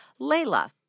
Layla